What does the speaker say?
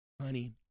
honey